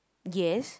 yes